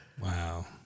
Wow